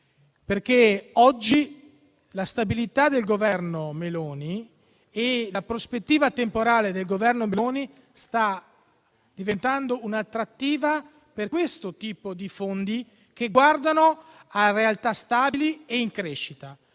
oggi la stabilità del Governo Meloni e la sua prospettiva temporale stanno diventando un'attrattiva per questo tipo di fondi che guardano a realtà stabili e in crescita.